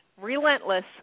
relentless